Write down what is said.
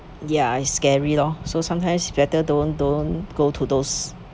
ya it's scary lor so sometimes better don't don't go to those